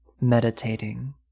meditating